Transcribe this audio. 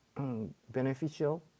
beneficial